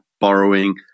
borrowing